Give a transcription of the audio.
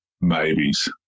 maybes